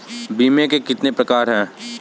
बीमे के कितने प्रकार हैं?